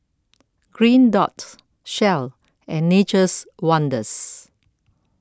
Green Dot Shell and Nature's Wonders